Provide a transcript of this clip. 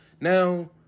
Now